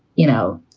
you know,